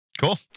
Cool